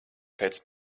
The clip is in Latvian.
pēc